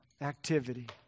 activity